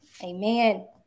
Amen